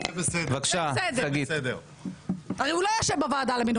הרי הוא לא יושב בוועדה למינוי.